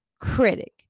critic